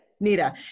Nita